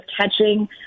catching